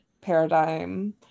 paradigm